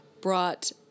brought